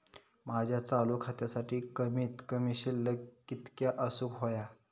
माझ्या चालू खात्यासाठी कमित कमी शिल्लक कितक्या असूक होया?